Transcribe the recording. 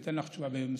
וניתן לך תשובה מסודרת.